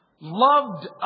loved